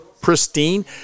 pristine